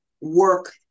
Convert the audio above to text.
work